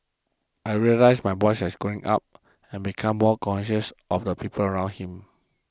I realised my boy has growing up and becoming more conscious of the people around him